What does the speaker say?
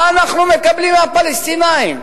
מה אנחנו מקבלים מהפלסטינים?